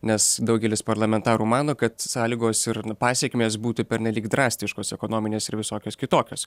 nes daugelis parlamentarų mano kad sąlygos ir pasekmės būti pernelyg drastiškos ekonominės ir visokios kitokios